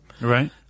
Right